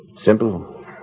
Simple